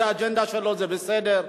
זו האג'נדה שלו, זה בסדר.